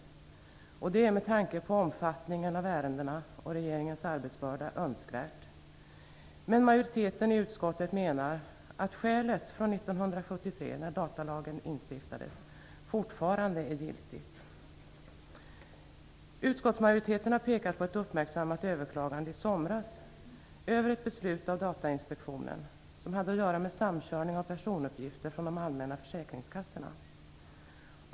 Det är önskvärt med tanke på omfattningen av ärendena och regeringens arbetsbörda. Men majoriteten i utskottet menar att skälet från 1973, då datalagen instiftades, fortfarande är giltigt. Utskottsmajoriteten har pekat på ett uppmärksammat överklagande i somras över ett beslut av Datainspektionen. Det hade att göra med samkörning av personuppgifter från de allmänna försäkringskassorna.